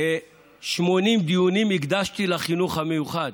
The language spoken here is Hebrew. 80 דיונים הקדשתי לחינוך המיוחד.